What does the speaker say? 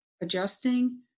adjusting